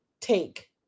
take